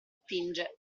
tinge